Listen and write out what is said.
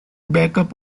backup